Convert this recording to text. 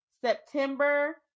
september